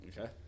Okay